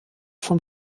vom